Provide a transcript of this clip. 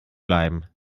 bleiben